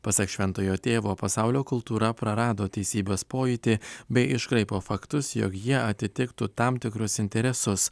pasak šventojo tėvo pasaulio kultūra prarado teisybės pojūtį bei iškraipo faktus jog jie atitiktų tam tikrus interesus